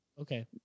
Okay